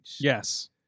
yes